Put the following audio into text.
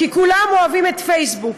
כי כולם אוהבים את הפייסבוק,